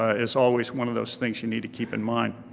ah it's always one of those things you need to keep in mind.